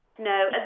No